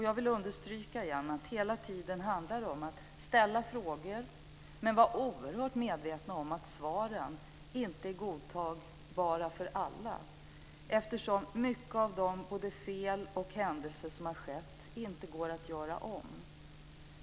Jag vill understryka att det hela tiden handlar om att ställa frågor och att vara oerhört medvetna om att svaren inte är godtagbara för alla eftersom mycket av de fel och händelser som har skett inte går att göra om.